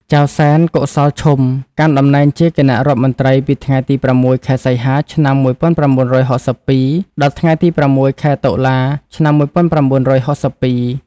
ចៅសែន កុសលឈុំ កាន់តំណែងជាគណៈរដ្ឋមន្ត្រីពីថ្ងៃទី៦ ខែសីហា ឆ្នាំ១៩៦២ ដល់ថ្ងៃទី ៦ ខែតុលា ឆ្នាំ១៩៦២។